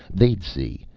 they'd see.